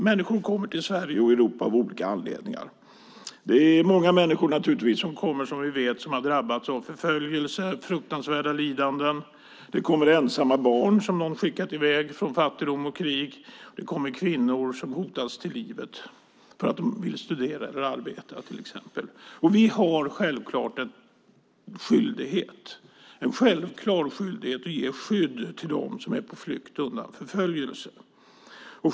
Människor kommer till Sverige och Europa av olika anledningar. Många av de människor som kommer har drabbats av förföljelse och fruktansvärda lidanden. Det kommer ensamma barn som har skickats i väg från fattigdom och krig. Det kommer kvinnor som hotas till livet för att de vill studera eller arbeta till exempel. Vi har en självklar skyldighet att ge skydd åt dem som är på flykt undan förföljelse.